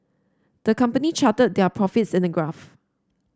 the company charted their profits in a graph